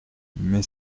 mais